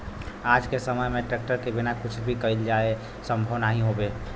आज के समय में ट्रेक्टर के बिना कुछ भी कईल जाये संभव नाही हउवे